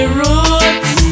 roots